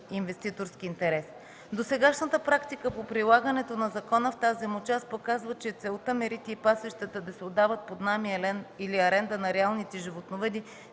инвеститорски интерес. Досегашната практика по прилагането на закона в тази му част показва, че целта мерите и пасищата да се отдават под наем или аренда на реалните животновъди